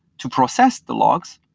to process the logs,